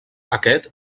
aquest